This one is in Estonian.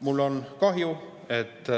Mul on kahju, et